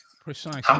Precisely